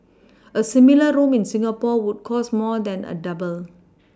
a similar room in Singapore would cost more than a double